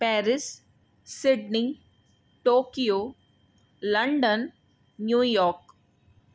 Paris Sydney Tokyo London New York